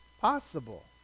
possible